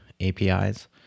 APIs